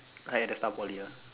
uh at the start of Poly ah